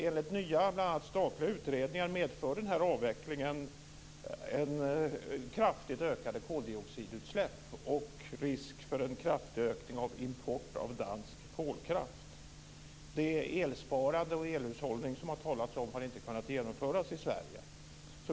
Enligt nya statliga utredningar medför denna avveckling kraftigt ökade koldioxidutsläpp och risk för en kraftig ökning av import av dansk kolkraft. Det elsparande och den elhushållning som det har talats om har inte kunnat genomföras i Sverige.